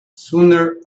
sooner